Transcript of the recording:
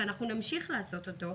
ואנחנו נמשיך לעשות אותו,